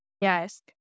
Yes